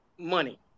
money